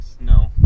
No